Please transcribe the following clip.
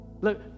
Look